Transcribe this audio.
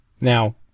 Now